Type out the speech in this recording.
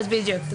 בדיוק.